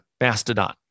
mastodon